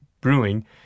Brewing